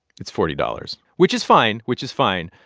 it's forty dollars, which is fine, which is fine.